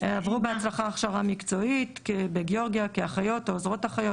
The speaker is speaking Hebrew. עברו בהצלחה הכשרה מקצועית בגאורגיה כאחיות או עוזרות אחיות,